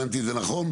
הבנתי את זה נכון?